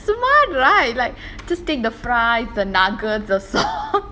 smart right like just take the fries the nuggets the sauce